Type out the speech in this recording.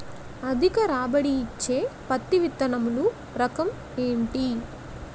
అధిక రాబడి ఇచ్చే పత్తి విత్తనములు రకం ఏంటి?